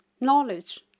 knowledge